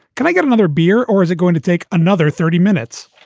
can i get another beer? or is it going to take another thirty minutes?